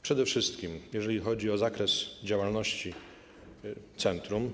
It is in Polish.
Przede wszystkim, jeżeli chodzi o zakres działalności centrum.